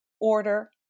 order